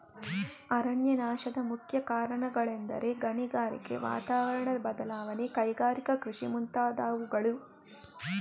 ಅರಣ್ಯನಾಶದ ಮುಖ್ಯ ಕಾರಣಗಳೆಂದರೆ ಗಣಿಗಾರಿಕೆ, ವಾತಾವರಣದ ಬದಲಾವಣೆ, ಕೈಗಾರಿಕಾ ಕೃಷಿ ಮುಂತಾದವುಗಳು